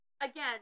Again